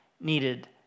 needed